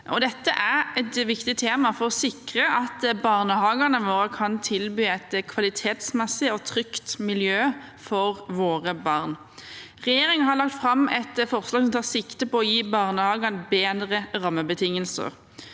Dette er et viktig tema for å sikre at barnehagene våre kan tilby et kvalitetsmessig og trygt miljø for våre barn. Regjeringen har lagt fram et forslag som tar sikte på å gi barnehagene bedre rammebetingelser.